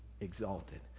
exalted